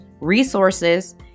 resources